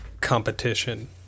competition